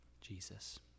Jesus